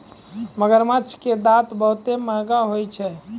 मगरमच्छ के दांत बहुते महंगा होय छै